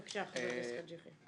בבקשה, חאג' יחיא ואחרי זה גנאים.